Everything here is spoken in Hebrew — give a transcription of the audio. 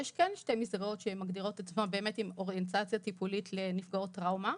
יש שתי מסגרות שמגדירות את עצמן עם אוריינטציה טיפולית לנפגעות טראומה.